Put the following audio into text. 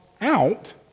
out